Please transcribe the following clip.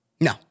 No